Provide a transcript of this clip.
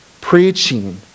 Preaching